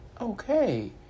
okay